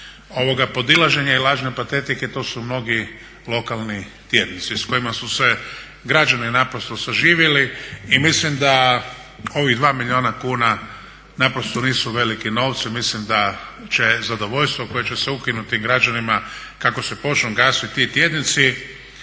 ikakvog podilaženja i lažne patetike to su mnogi lokalni tjednici s kojima su se građani naprosto saživjeli. I mislim da ovih 2 milijuna kuna naprosto nisu veliki novci, mislim da će se zadovoljstvo koje će se ukinuti građanima kako se počnu gasiti ti tjednici.